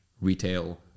retail